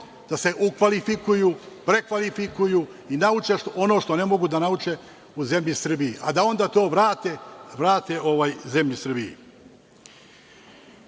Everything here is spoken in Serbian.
da se ukvalifikuju, prekvalifikuju i nauče ono što ne mogu da nauče u zemlji Srbiji, a da onda to vrate zemlji Srbiji. Nešto